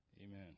Amen